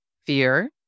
Fear